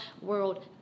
World